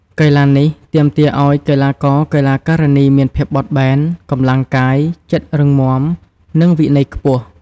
កីឡានេះទាមទារឲ្យកីឡាករ-កីឡាការិនីមានភាពបត់បែន កម្លាំងកាយ ចិត្តរឹងមាំ និងវិន័យខ្ពស់។